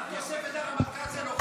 מירב, גם תוספת לרמטכ"ל זה לא חוקי.